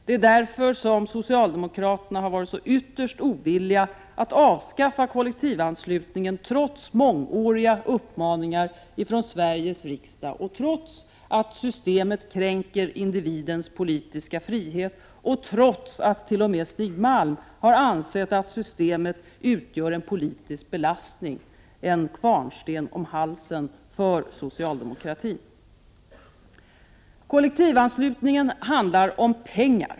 Det är därför som socialdemokraterna 9 november 1988 har varit så ytterst ovilliga att avskaffa kollektivanslutningen trots mångåriga — m-vÖohrmaneluminoe uppmaningar från Sveriges riksdag, trots att systemet kränker individens politiska frihet och trots att t.o.m. Stig Malm har ansett att systemet utgör en politisk belastning — en kvarnsten om halsen — för socialdemokratin. Kollektivanslutningen handlar om pengar.